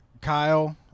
kyle